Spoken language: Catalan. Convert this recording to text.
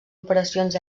operacions